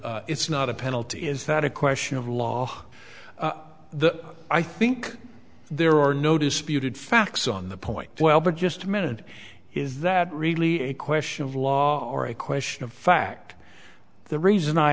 then it's not a penalty is that a question of law the i think there are no disputed facts on the point well but just a minute is that really a question of law or a question of fact the reason i